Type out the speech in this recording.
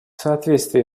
соответствии